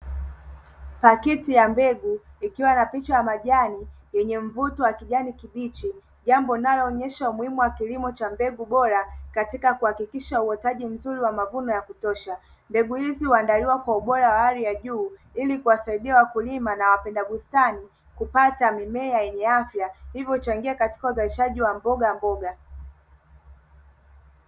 Pakiti ya mbegu ikiwa na picha ya majani yenye mvuto wa kijani kibichi; jambo linalo onyesha umuhimu wa kilimo cha mbegu bora katika kuhakikisha uwekaji mzuri wa kutosha. Mbegu hizi huandaliwa kwa ubora wa hali ya juu ili kuwasaidia wakulima na wapenda bustani, kupata mimea yenye afya. Hivyo huchangia katika uzalishaji wa mbogamboga.